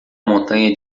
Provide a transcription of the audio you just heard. montanha